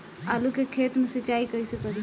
आलू के खेत मे सिचाई कइसे करीं?